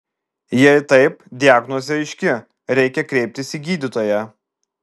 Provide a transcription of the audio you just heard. jei taip diagnozė aiški reikia kreiptis į gydytoją